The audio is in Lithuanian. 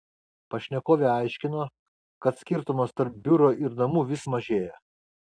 pašnekovė aiškino kad skirtumas tarp biuro ir namų vis mažėja